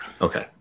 Okay